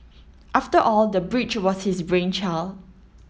after all the bridge was his brainchild